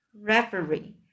referee